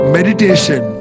Meditation